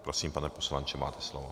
Prosím, pane poslanče, máte slovo.